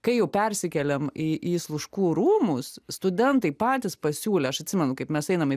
kai jau persikėlėm į į sluškų rūmus studentai patys pasiūlė aš atsimenu kaip mes einam į